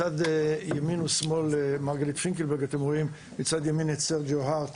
מצד ימין אתם רואים את סרג'יו הרט